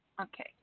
Okay